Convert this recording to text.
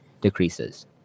decreases